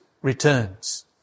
returns